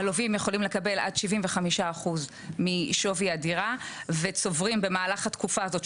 הלווים יכולים לקבל עד 75% משווי הדירה וצוברים במהלך התקופה הזאת,